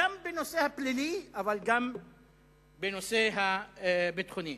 גם בנושא הפלילי אבל גם בנושא הביטחוני.